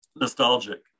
nostalgic